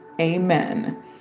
amen